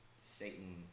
Satan